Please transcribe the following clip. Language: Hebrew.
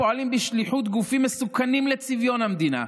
פועלים בשליחות גופים מסוכנים לצביון המדינה,